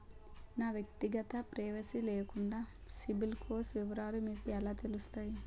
నా వ్యక్తిగత ప్రైవసీ లేకుండా సిబిల్ స్కోర్ వివరాలు మీకు ఎలా తెలుస్తాయి?